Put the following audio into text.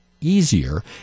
easier –